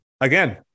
again